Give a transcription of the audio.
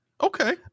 Okay